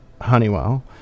Honeywell